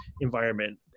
environment